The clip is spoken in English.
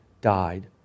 died